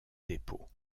dépôt